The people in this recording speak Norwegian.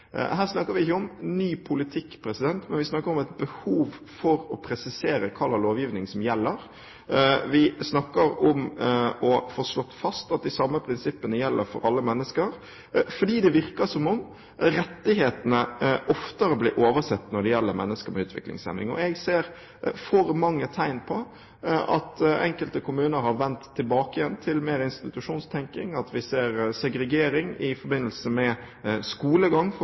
Her snakker vi ikke om ny politikk, men vi snakker om et behov for å presisere hva slags lovgivning som gjelder. Vi snakker om å få slått fast at de samme prinsippene gjelder for alle mennesker, for det virker som om rettighetene oftere blir oversett når det gjelder mennesker med utviklingshemning. Jeg ser for mange tegn på at enkelte kommuner igjen har vendt tilbake til mer institusjonstenkning, og at vi ser segregering i forbindelse med skolegang